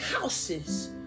houses